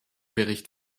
bericht